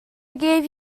gave